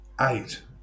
Eight